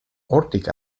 hortik